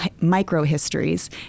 micro-histories